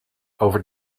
over